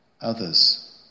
others